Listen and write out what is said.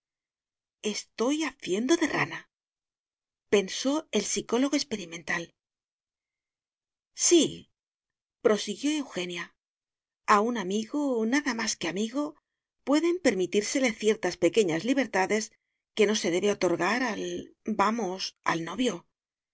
estoy haciendo de rana pensó el psicólogo experimental síprosiguió eugenia a un amigo nada más que amigo pueden permitírsele ciertas pequeñas libertades que no se debe otorgar al vamos al novio